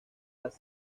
las